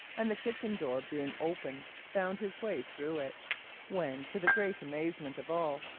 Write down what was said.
and the kitchen-door being open, found his way through it when, to the great amazement of all,